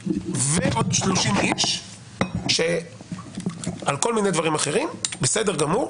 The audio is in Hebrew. ועוד 30 איש על כל מיני דברים אחרים זה בסדר גמור,